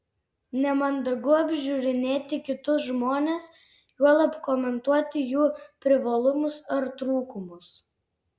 nemandagu apžiūrinėti kitus žmones juolab komentuoti jų privalumus ar trūkumus